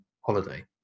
holiday